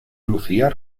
lucía